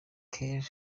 kelly